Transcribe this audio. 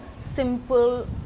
simple